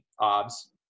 OBS